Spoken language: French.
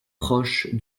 proche